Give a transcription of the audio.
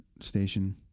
station